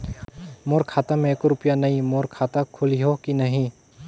मोर खाता मे एको रुपिया नइ, मोर खाता खोलिहो की नहीं?